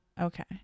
Okay